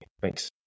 thanks